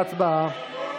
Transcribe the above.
הצבעה.